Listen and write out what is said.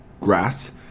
grass